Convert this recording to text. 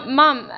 mom